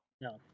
No